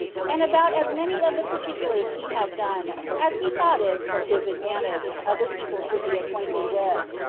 and about as many of the particulars he had done as he thought it for his advantage other people should be acquainted with.